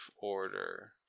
order